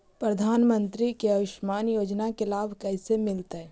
प्रधानमंत्री के आयुषमान योजना के लाभ कैसे मिलतै?